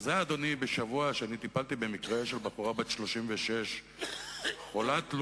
כאילו העברנו שש קריאות לשנה אחת,